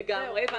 לגמרי.